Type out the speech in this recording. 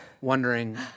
wondering